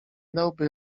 dałby